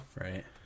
Right